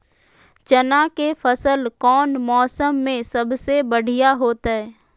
चना के फसल कौन मौसम में सबसे बढ़िया होतय?